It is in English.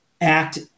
act